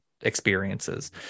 experiences